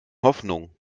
hoffnung